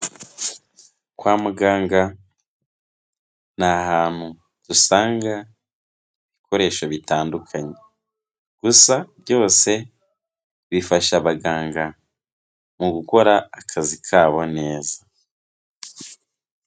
Kwa muganga ni ahantu dusanga ibikoresho bitandukanye, gusa byose bifasha abaganga, mu gukora akazi kabo neza.